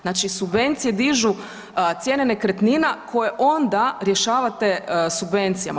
Znači subvencije dižu cijene nekretnina koje onda rješavate subvencijama.